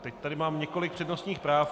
Teď tady mám několik přednostních práv.